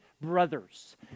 brothers